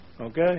Okay